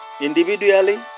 Individually